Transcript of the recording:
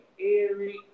Eric